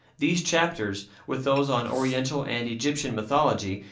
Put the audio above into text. these chapters, with those on oriental and egyptian mythology,